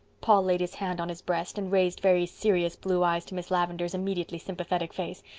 paul laid his hand on his breast and raised very serious blue eyes to miss lavendar's immediately sympathetic face.